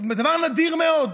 דבר נדיר מאוד,